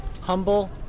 humble